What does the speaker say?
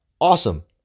awesome